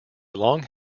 long